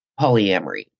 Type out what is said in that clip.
polyamory